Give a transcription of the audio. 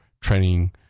training